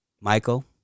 Michael